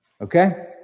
Okay